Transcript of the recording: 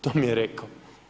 To mi je rekao.